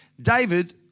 David